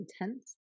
intense